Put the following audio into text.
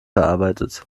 verarbeitet